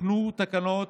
תוקנו תקנות